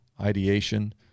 ideation